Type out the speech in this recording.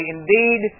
Indeed